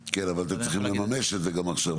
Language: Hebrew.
כן, אבל אתם צריכים לממש את זה גם עכשיו.